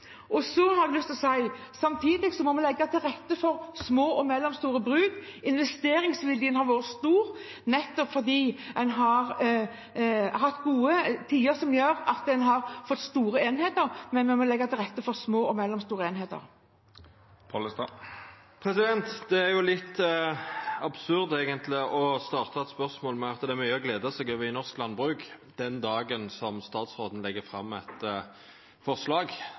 Samtidig må vi legge til rette for små og mellomstore bruk. Investeringsviljen har vært stor fordi en har hatt gode tider som gjør at en har fått store enheter, men vi må legge til rette for små og mellomstore enheter. Det er eigentleg litt absurd å starta eit spørsmål med at det er mykje å gleda seg over i norsk landbruk, den dagen statsråden legg fram eit forslag